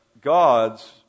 God's